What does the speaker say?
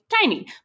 tiny